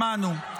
שמענו.